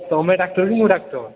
ତୁମେ ଡାକ୍ତର କି ମୁଁ ଡାକ୍ତର